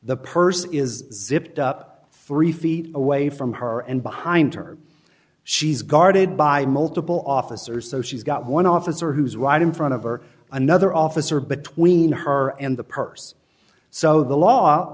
the person is zipped up three feet away from her and behind her she's guarded by multiple officers so she's got one officer who's right in front of or another officer between her and the purse so the law